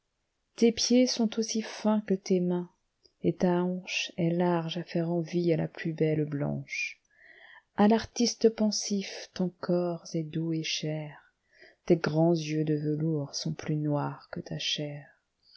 tes pieds sont aussi fins que tes mains et ta hanche est large à faire envie à la plus belle blanche a l'artiste pensif ton corps est doux et cher tes grands yeux de velours sont plus noirs que ta chair